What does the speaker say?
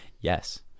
yes